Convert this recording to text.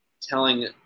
telling